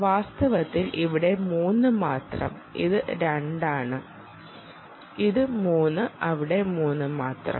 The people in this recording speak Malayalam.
വാസ്തവത്തിൽ അവിടെ 3 മാത്രം ഇത് 2 ആണ് ഇത് 3 അവിടെ 3 മാത്രം